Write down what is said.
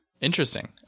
Interesting